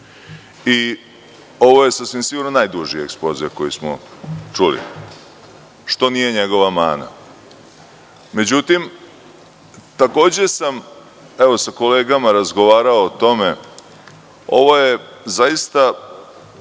Ovo je sasvim sigurno najduži ekspoze koji smo čuli, što nije njegova mana.Međutim, takođe sam sa kolegama razgovarao o tome. Ovo je zaista